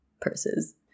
purses